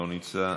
לא נמצא,